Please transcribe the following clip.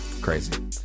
Crazy